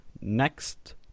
next